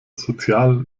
sozial